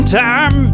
time